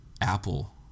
Apple